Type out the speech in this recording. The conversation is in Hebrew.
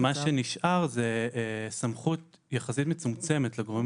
מה שנשאר זה סמכות יחסית מצומצמת לגורמים